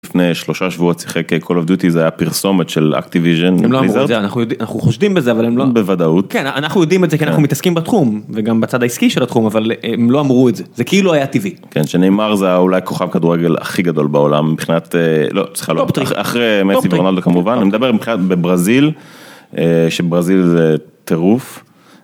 לפני שלושה שבוע שיחק call of duty זה היה פרסומת של activision אנחנו חושדים בזה אבל הם לא בוודאות אנחנו יודעים את זה כי אנחנו מתעסקים בתחום וגם בצד העסקי של התחום אבל הם לא אמרו את זה זה כאילו היה טבעי. כן שנאמר זה אולי כוכב כדורגל הכי גדול בעולם מבחינת לא צריכה לא אחרי מסי ורונאלדו כמובן אני מדבר מבחינת ברזיל שברזיל זה טירוף.